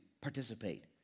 participate